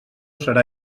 serà